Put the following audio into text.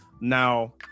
now